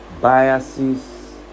biases